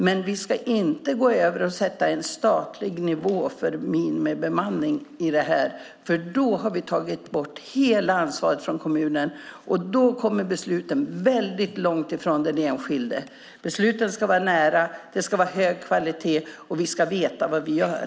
Men vi ska inte gå över till att sätta en statlig nivå för minimibemanning här, för då har vi tagit bort hela ansvaret från kommunerna, och då kommer besluten väldigt långt från den enskilde. Besluten ska fattas nära, det ska vara hög kvalitet och vi ska veta vad vi gör.